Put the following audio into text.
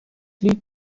lied